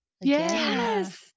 Yes